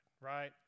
right